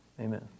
Amen